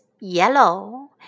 yellow